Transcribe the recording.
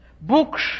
books